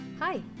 Hi